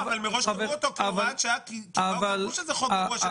מראש קבעו אותו כהוראת שעה כי ידעו שזה חוק גרוע.